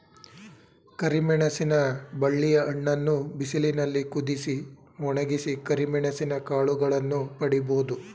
ಕರಿಮೆಣಸಿನ ಬಳ್ಳಿಯ ಹಣ್ಣನ್ನು ಬಿಸಿಲಿನಲ್ಲಿ ಕುದಿಸಿ, ಒಣಗಿಸಿ ಕರಿಮೆಣಸಿನ ಕಾಳುಗಳನ್ನು ಪಡಿಬೋದು